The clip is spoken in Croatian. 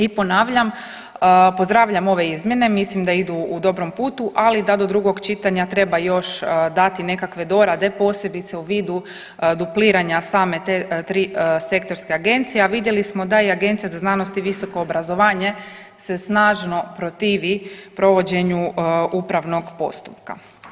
I ponavljam, pozdravljam ove izmjene i mislim da idu u dobrom putu, ali da do drugog čitanja treba još dati nekakve dorade, posebice u vidu dupliranja same te tri sektorske agencije, a vidjeli smo da i Agencija za znanost i visoko obrazovanje se snažno protivi provođenju upravnog postupka.